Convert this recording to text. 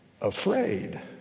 afraid